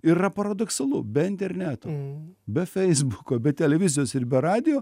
ir yra paradoksalu be interneto be feisbuko be televizijos ir be radijo